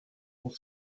pour